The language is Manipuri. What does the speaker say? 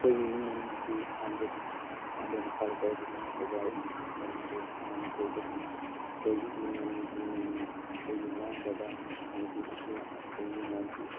ꯑꯩꯈꯣꯏꯒꯤ ꯏꯃꯨꯡ ꯃꯅꯨꯡ ꯑꯁꯤ ꯈꯥꯉꯕꯣꯛ ꯈꯥꯉꯕꯣꯛ ꯃꯈꯥ ꯂꯩꯀꯥꯏꯗꯒꯤꯅꯤ ꯊꯧꯕꯥꯜ ꯃꯅꯤꯄꯨꯔ ꯃꯅꯤꯄꯨꯔꯗꯒꯤꯅꯤ ꯑꯩꯈꯣꯏꯒꯤ ꯏꯃꯨꯡ ꯃꯅꯨꯡ ꯑꯁꯤ ꯃꯤ ꯃꯉꯥ ꯑꯩꯒꯤ ꯏꯃꯥ ꯕꯕꯥ ꯑꯃꯗꯤ ꯏꯆꯦ ꯑꯩꯒꯤ ꯏꯅꯥꯎ ꯅꯨꯄꯤ